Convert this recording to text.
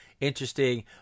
interesting